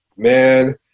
Man